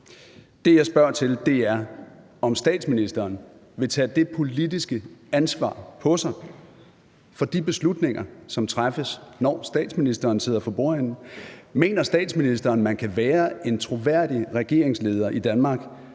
Det, jeg spørger til, er, om statsministeren vil tage det politiske ansvar på sig for de beslutninger, som træffes, når statsministeren sidder for bordenden. Mener statsministeren, at man kan være en troværdig regeringsleder i Danmark,